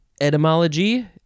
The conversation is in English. Etymology